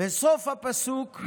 וסוף הפסוק: